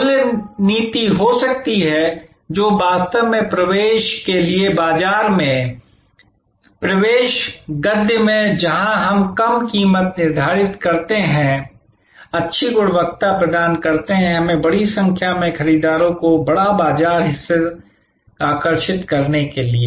मूल्य नीति हो सकती है जो बाजार में प्रवेश के लिए है बाजार में प्रवेश गद्य में जहां हम कम कीमत निर्धारित करते हैं अच्छी गुणवत्ता प्रदान करते हैं हमें बड़ी संख्या में खरीदारों को बड़ा बाजार हिस्सा आकर्षित करने के लिए